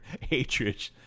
hatred